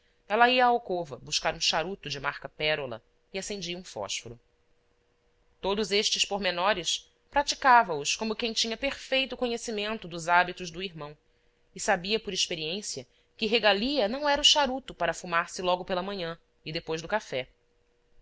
ela ia à alcova buscar um charuto de marca pérola e acendia um fósforo todos estes pormenores praticava os como quem tinha perfeito conhecimento dos hábitos do irmão e sabia por experiência que regalia não era o charuto para fumar se logo pela manhã e depois do café